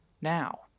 Now